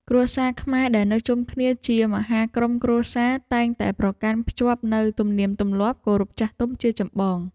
គ្រួសារខ្មែរដែលនៅជុំគ្នាជាមហាក្រុមគ្រួសារតែងតែប្រកាន់ខ្ជាប់នូវទំនៀមទម្លាប់គោរពចាស់ទុំជាចម្បង។